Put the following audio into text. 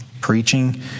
preaching